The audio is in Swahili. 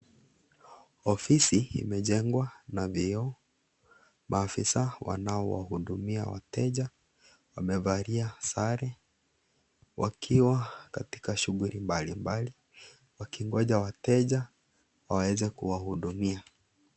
Ofisi imechengwa na vioo. Maafisa wanaohudumia wateja wamevalia sare wakiwa katika shughuli mbalimbali wakingoja wateja waweze kuwahudumia.